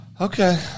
Okay